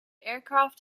aircraft